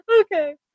Okay